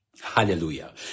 Hallelujah